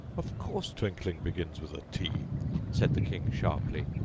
of course twinkling begins with a t said the king sharply.